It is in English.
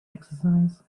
exercise